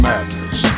Madness